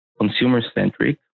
consumer-centric